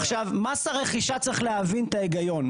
עכשיו, מס רכישה, צריך להבין את ההיגיון.